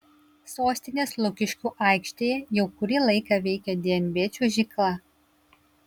sostinės lukiškių aikštėje jau kurį laiką veikia dnb čiuožykla